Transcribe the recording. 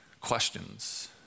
questions